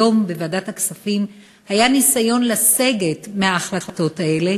היום בוועדת הכספים היה ניסיון לסגת מההחלטות האלה,